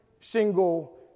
single